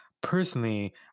personally